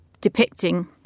depicting